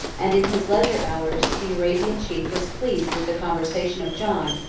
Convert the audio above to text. and in his leisure hours, the arabian chief was pleased with the conversation of john,